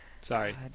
Sorry